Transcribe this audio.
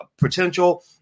potential